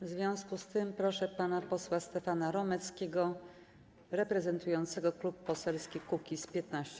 W związku z tym proszę pana posła Stefana Romeckiego reprezentującego Klub Poselski Kukiz’15.